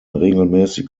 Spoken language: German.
regelmäßig